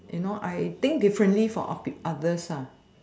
you know I think differently from o~ others lah